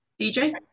DJ